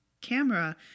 camera